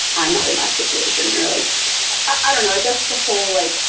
i'm not in that situation. or like i don't know. i guess the whole, like,